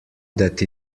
that